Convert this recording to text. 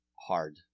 hard